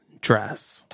dress